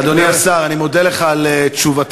אדוני השר, אני מודה לך על תשובתך.